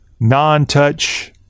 non-touch